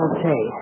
Okay